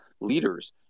leaders